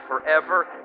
forever